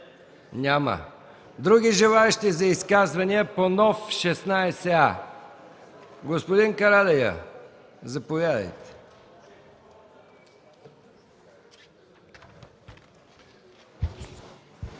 Няма. Други желаещи за изказвания по нов 16а? Господин Карадайъ, заповядайте.